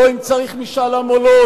לא אם צריך משאל עם או לא,